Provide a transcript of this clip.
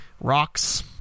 rocks